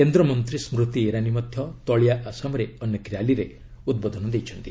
କେନ୍ଦ୍ର ମନ୍ତ୍ରୀ ସ୍କୁତି ଇରାନୀ ମଧ୍ୟ ତଳିଆ ଆସାମରେ ଅନେକ ର୍ୟାଲିରେ ଉଦ୍ବୋଧନ ଦେଇଛନ୍ତି